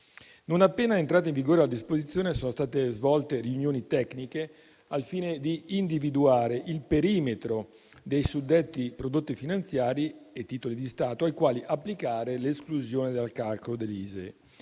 Appena entrata in vigore la disposizione, sono state svolte riunioni tecniche al fine di individuare il perimetro dei suddetti prodotti finanziari e titoli di Stato ai quali applicare l'esclusione dal calcolo dell'ISEE.